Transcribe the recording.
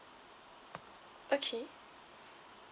okay